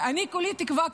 אני כולי תקווה,